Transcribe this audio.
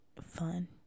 fun